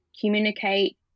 communicate